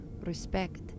respect